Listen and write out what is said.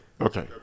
Okay